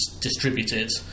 distributed